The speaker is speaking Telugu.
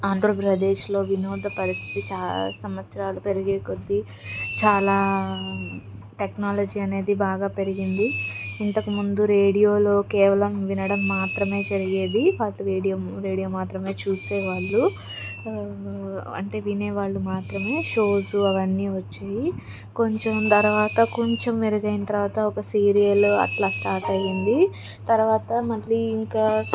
ఆంధ్రప్రదేశ్లో వినోద పరిస్థితి చాలా సంవత్సరాలు పెరిగే కొద్దీ చాలా టెక్నాలజీ అనేది బాగా పెరిగింది ఇంతకు ముందు రేడియోలో కేవలం వినడం మాత్రమే జరిగేది రేడియో మాత్రమే చూసే వాళ్ళు అంటే వినేవాళ్లు మాత్రమే షోస్ అవన్నీ వచ్చి కొంచెం తర్వాత కొంచెం మెరుగైన తర్వాత ఒక సీరియల్ అట్లా స్టార్ట్ అయింది తర్వాత మళ్ళీ ఇంకా